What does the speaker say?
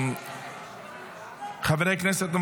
חברי הכנסת,